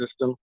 system